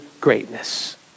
greatness